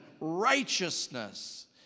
righteousness